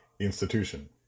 Institution